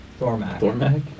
Thormag